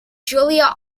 julia